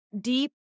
deep